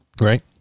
Right